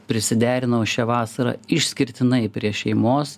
prisiderinau šią vasarą išskirtinai prie šeimos